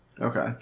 Okay